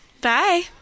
Bye